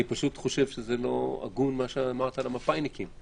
אני פשוט חושב שזה לא הגון מה שאמרת על המפא"יניקים,